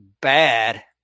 bad